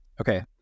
Okay